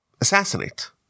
assassinate